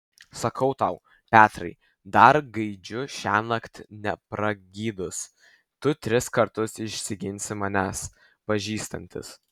sakau tau petrai dar gaidžiui šiąnakt nepragydus tu tris kartus išsiginsi mane pažįstantis